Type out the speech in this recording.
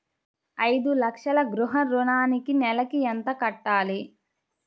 ఐదు లక్షల గృహ ఋణానికి నెలకి ఎంత కట్టాలి?